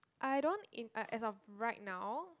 I don't in ah as of right now